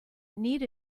need